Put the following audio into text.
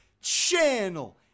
Channel